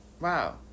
Wow